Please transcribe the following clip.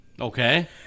Okay